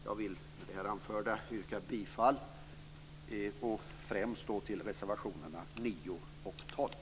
Jag vill med det anförda yrka bifall till främst reservationerna 9 och 12.